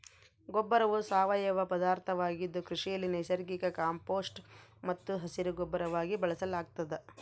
ಗೊಬ್ಬರವು ಸಾವಯವ ಪದಾರ್ಥವಾಗಿದ್ದು ಕೃಷಿಯಲ್ಲಿ ನೈಸರ್ಗಿಕ ಕಾಂಪೋಸ್ಟ್ ಮತ್ತು ಹಸಿರುಗೊಬ್ಬರವಾಗಿ ಬಳಸಲಾಗ್ತದ